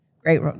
great